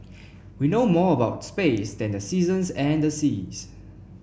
we know more about space than the seasons and the seas